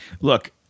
look